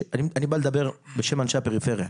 ואני בא לדבר בשם אנשי הפריפריה,